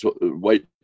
white